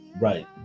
right